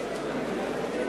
בבקשה.